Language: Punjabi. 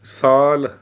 ਸਾਲ